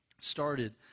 started